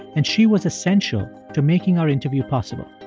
and she was essential to making our interview possible.